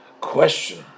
question